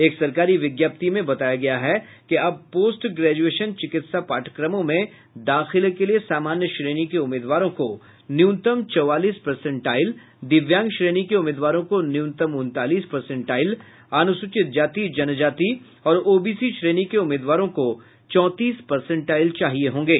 एक सरकारी विज्ञप्ति में बताया गया है कि अब पोस्ट ग्रेजुएशन चिकित्सा पाठ्यक्रमों में दाखिले के लिए सामान्य श्रेणी के उम्मीदवारों को न्यूनतम चौवालीस परसेंटाइल दिव्यांग श्रेणी के उम्मीदवारों को न्यूनतम उन्तालीस परसेंटाइल अनुसूचित जाति जनजाति और ओबीसी श्रेणी के उम्मीदवारों को चौंतीस परसेंटाइल चाहिए होंगे